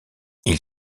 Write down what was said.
ils